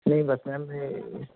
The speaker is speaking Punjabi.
ਨਹੀਂ ਬਸ ਮੈਮ ਇਹ